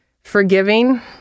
forgiving